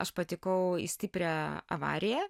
aš patekau į stiprią avariją